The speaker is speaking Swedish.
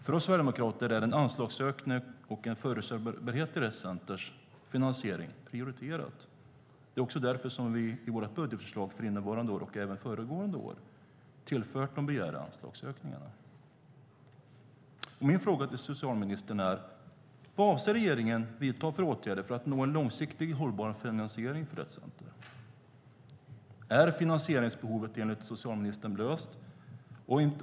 För oss sverigedemokrater är en anslagsökning och en förutsägbarhet i Rett Centers finansiering prioriterat. Det är också därför vi i vårt budgetförslag för innevarande år, och även för föregående år, har tillfört de begärda anslagsökningarna. Mina frågor till socialministern är: Vad avser regeringen att vidta för åtgärder för att nå en långsiktigt hållbar finansiering för Rett Center? Är finansieringsbehovet enligt socialministern löst?